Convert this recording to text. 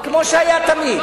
כמו שהיה תמיד,